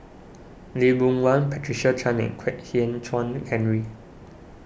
Lee Boon Wang Patricia Chan and Kwek Hian Chuan Henry